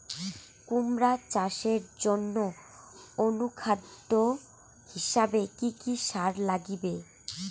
কুমড়া চাষের জইন্যে অনুখাদ্য হিসাবে কি কি সার লাগিবে?